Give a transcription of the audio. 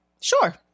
Sure